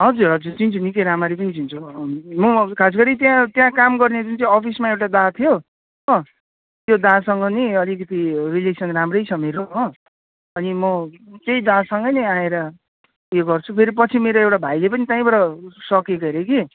हजुर हजुर चिन्छु निकै राम्ररी पनि चिन्छु म खासगरी त्यहाँ त्यहाँ काम गर्ने जुन चाहिँ अफिसमा एउटा दा थियो हो त्यो दासँग नि अलिकति रिलेसन राम्रै छ मेरो हो अनि म त्यही दासँगै नै आएर उयो गर्छु फेरि पछि मेरो एउटा भाइले पनि त्यहीबाट सकेको हरे कि